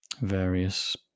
various